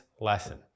lesson